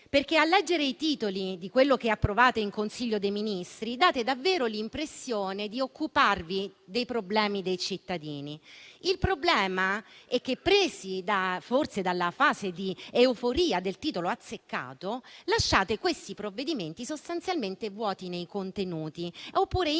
perché a leggere i titoli di quello che approvate in Consiglio dei ministri date davvero l'impressione di occuparvi dei problemi dei cittadini. Il problema è che, presi forse dalla fase di euforia del titolo azzeccato, lasciate questi provvedimenti sostanzialmente vuoti nei contenuti, oppure in